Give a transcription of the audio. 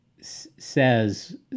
says